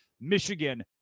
Michigan